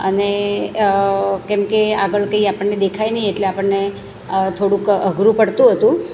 અને કેમ કે આગળ કંઈ આપણને દેખાય નહિ એટલે આપણને થોડુંક અઘરું પડતું હતું